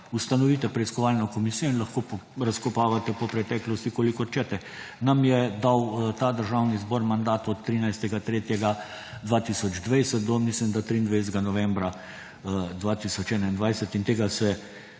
ustanovite preiskovalno komisijo in lahko razkopavate po preteklosti, koliko hočete. Nam je dal ta državni zbor mandat od 13. 3. 2020 do, mislim da,